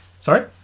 Sorry